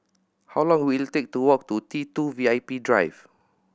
how long will it take to walk to T Two V I P Drive